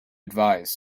advise